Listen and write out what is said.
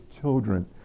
children